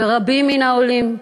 ורבים מהעולים,